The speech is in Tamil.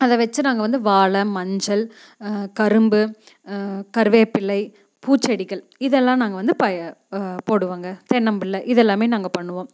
அதை வெச்சு நாங்கள் வந்து வாழை மஞ்சள் கரும்பு கருவேப்பில்லை பூச்செடிகள் இதெல்லாம் நாங்கள் வந்து போடுவோம்ங்க தென்னம்பிள்ள இதெல்லாமே நாங்கள் பண்ணுவோம்